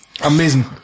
Amazing